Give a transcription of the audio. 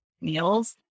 meals